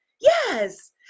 Yes